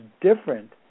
different